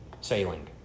sailing